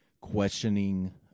questioning